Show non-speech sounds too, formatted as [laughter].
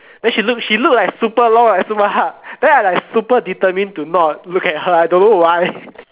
then she look she look like super long and super hard then I like super determined to not look at her I don't know why [noise]